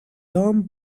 dom